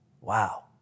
Wow